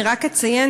אני רק אציין,